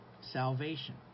salvation